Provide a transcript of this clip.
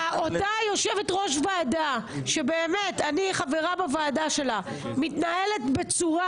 אותה יושבת ראש ועדה שבאמת אני חברה בוועדה שלה מתנהלת בצורה,